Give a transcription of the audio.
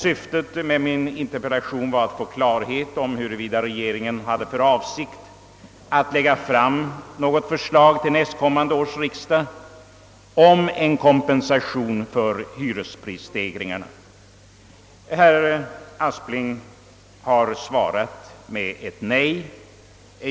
Syftet med min interpellation var att få klarhet i huruvida regeringen hade för avsikt att lägga fram något förslag till nästkommande års riksdag om en kompensation för hyresstegringarna. Herr Aspling har svarat med ett nej.